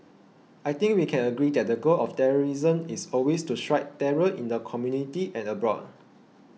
I think we can agree that the goal of terrorism is always to strike terror in the community and abroad